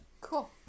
Cool